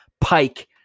Pike